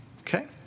Okay